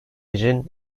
için